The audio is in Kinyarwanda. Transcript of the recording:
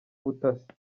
ubutasi